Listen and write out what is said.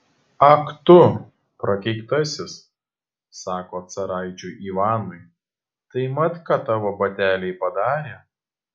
ak tu prakeiktasis sako caraičiui ivanui tai mat ką tavo bateliai padarė